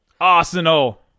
Arsenal